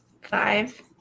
five